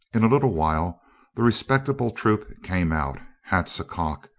in a little while the respectable troop came out, hats acock,